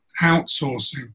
outsourcing